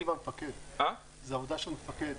זה עבודה של מפקד.